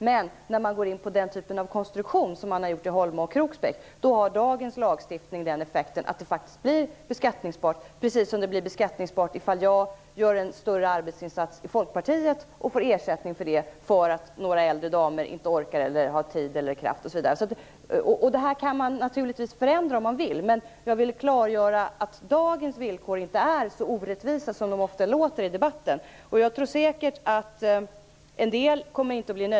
Men med den konstruktion som man har i Holma och Kroksbäck har dagens lagstiftning den effekten att det faktiskt blir beskattningsbart, precis som det blir beskattningsbart ifall jag gör en större arbetsinsats i Folkpartiet - därför att några äldre damer inte orkar eller har tid - och får ersättning för det. Det här kan man naturligtvis förändra om man vill, men jag vill klargöra att dagens villkor inte är så orättvisa som de ofta framställs i debatten.